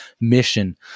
mission